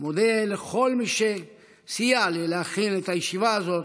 מודה לכל מי שסייע לי להכין את הישיבה הזאת.